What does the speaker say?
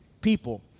people